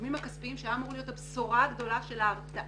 העיצומים הכספיים שהיה אמור להיות הבשורה הגדולה של ההרתעה,